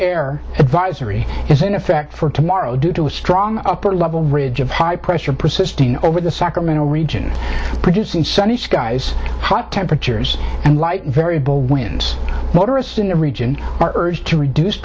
air advisory is in effect for tomorrow due to a strong upper level ridge of high pressure persisting over the sacramento region producing sunny skies hot temperatures and light variable wins motorists in the region are urged to reduce